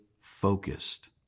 focused